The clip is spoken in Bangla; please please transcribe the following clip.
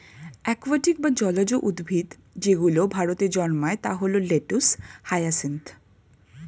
একুয়াটিক বা জলজ উদ্ভিদ যেগুলো ভারতে জন্মায় তা হল লেটুস, হায়াসিন্থ